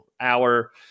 hour